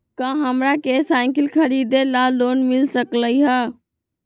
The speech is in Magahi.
का हमरा के साईकिल खरीदे ला लोन मिल सकलई ह?